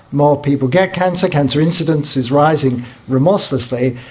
more people get cancer, cancer incidence is rising remorselessly,